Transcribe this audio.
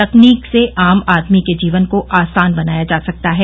तकनीक से आम आदमी के जीवन को आसान बनाया जा सकता है